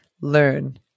learn